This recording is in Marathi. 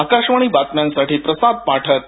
आकाशवाणी बातम्यांसाठी प्रसाद पाठक